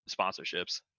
sponsorships